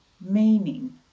meaning